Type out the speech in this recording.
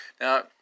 Now